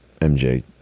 MJ